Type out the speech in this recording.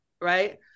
Right